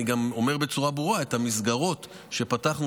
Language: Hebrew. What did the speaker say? אני גם אומר בצורה ברורה: את המסגרות שפתחנו